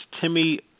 Timmy